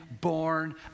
born